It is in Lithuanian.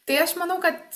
tai aš manau kad